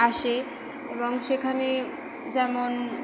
আসে এবং সেখানে যেমন